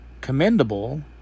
commendable